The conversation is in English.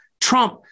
Trump